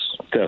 Yes